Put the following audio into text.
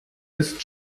ist